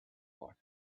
war